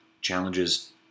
challenges